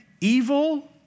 evil